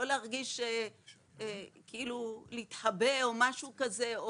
לא להרגיש שצריך להתחבא או משהו כזה,